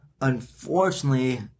unfortunately